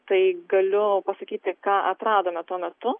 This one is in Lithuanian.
tai galiu pasakyti ką atradome tuo metu